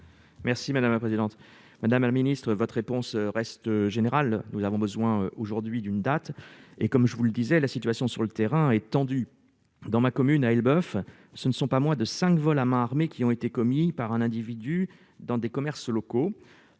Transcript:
Merci madame la présidente, madame la ministre, votre réponse reste générale, nous avons besoin aujourd'hui d'une date, et comme je vous le disais, la situation sur le terrain et tendue dans ma commune à Elbeuf, ce ne sont pas moins de 5 vols à main armée qui ont été commis par un individu dans des commerces locaux,